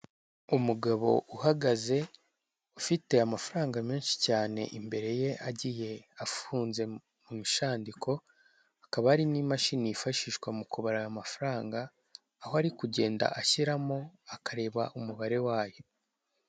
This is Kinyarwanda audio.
Umugabo uhagaze, ufite amafaranga menshi cyane imbere ye, agiye afunze mu mishandiko, hakaba hari n'imashini yifashishwa mu kubara ayo mafaranga, aho ari kugenda ashyiramo akareba umubare wayo.